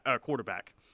quarterback